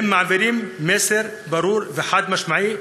הם מעבירים מסר ברור וחד-משמעי,